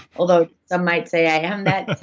although some might say i am that